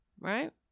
right